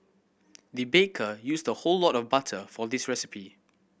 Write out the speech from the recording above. the baker used the whole of butter for this recipe